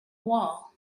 wall